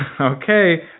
Okay